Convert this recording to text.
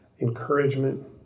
encouragement